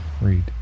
Read